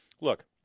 Look